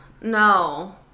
no